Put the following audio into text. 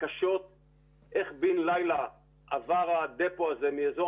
קשות איך בן לילה עבר ה-דפו הזה מאזור